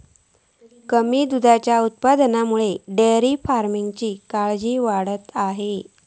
कमी दुधाच्या उत्पादनामुळे डेअरी फार्मिंगची काळजी वाढता हा